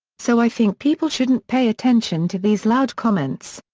so i think people shouldn't pay attention to these loud comments.